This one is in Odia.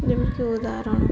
ଯେମତି ଉଦାହରଣ